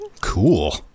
Cool